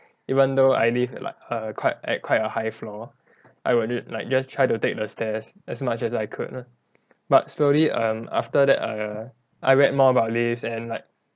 even though I live like err quite at quite a high floor I will like just try to take the stairs as much as I could but slowly um after that err I read more about lifts and like